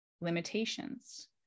limitations